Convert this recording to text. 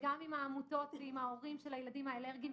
וגם עם העמותות ועם ההורים של הילדים האלרגיים,